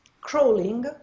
crawling